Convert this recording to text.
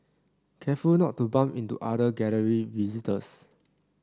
careful not to bump into other Gallery visitors